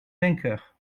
vainqueur